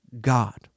God